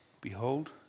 Behold